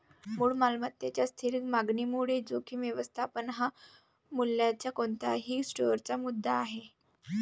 मूळ मालमत्तेच्या स्थिर मागणीमुळे जोखीम व्यवस्थापन हा मूल्याच्या कोणत्याही स्टोअरचा मुद्दा आहे